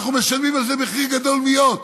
אנחנו משלמים על זה מחיר גדול מאוד,